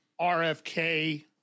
RFK